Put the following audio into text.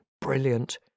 brilliant